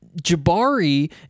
Jabari